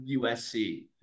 USC